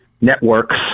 networks